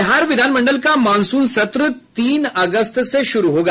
बिहार विधानमंडल का मॉनसून सत्र तीन अगस्त से शुरू होगा